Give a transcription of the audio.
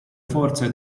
forza